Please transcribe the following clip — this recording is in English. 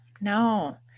no